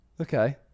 Okay